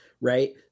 right